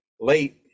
late